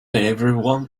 everyone